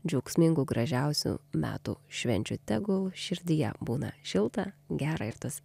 džiaugsmingų gražiausių metų švenčių tegul širdyje būna šilta gera ir tas